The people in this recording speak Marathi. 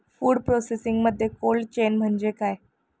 फूड प्रोसेसिंगमध्ये कोल्ड चेन म्हणजे काय?